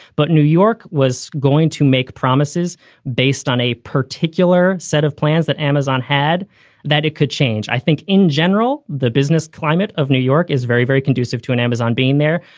but new york was going to make promises based on a particular set of plans that amazon had that it could change. i think in general, the business climate of new york is very, very conducive to an amazon being there.